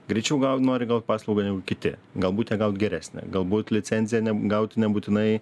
greičiau gaut nori gal paslaugą negu kiti galbūt ją gaut geresnę galbūt licenziją gauti nebūtinai